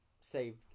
saved